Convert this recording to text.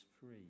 free